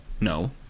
No